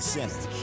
Center